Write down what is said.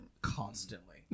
constantly